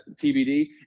TBD